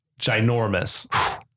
ginormous